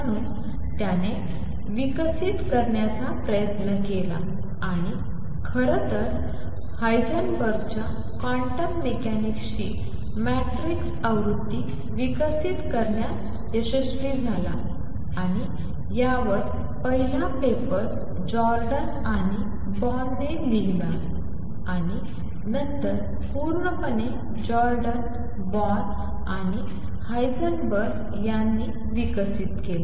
म्हणून त्याने विकसित करण्याचा प्रयत्न केला आणि खरं तर हायझेनबर्गच्या क्वांटम मेकॅनिक्सची मॅट्रिक्स आवृत्ती विकसित करण्यात यशस्वी झाला आणि यावर पहिला पेपर जॉर्डन आणि बोर्नने लिहिला आणि नंतर पूर्णपणे जॉर्डन बॉर्न आणि हायसेनबर्ग यांनी विकसित केला